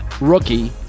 rookie